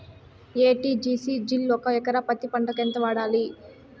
ఎ.టి.జి.సి జిల్ ఒక ఎకరా పత్తి పంటకు ఎంత వాడాలి?